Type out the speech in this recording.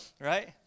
Right